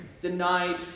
denied